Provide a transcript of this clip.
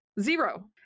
Zero